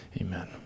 amen